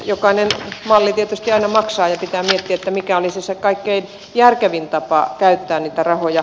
jokainen malli tietysti aina maksaa ja pitää miettiä mikä olisi se kaikkein järkevin tapa käyttää niitä rahoja